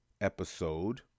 episode